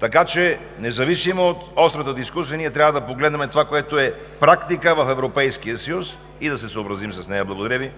така че независимо от острата дискусия ние трябва да погледнем практиката в Европейския съюз и да се съобразим с нея. Благодаря Ви.